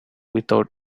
without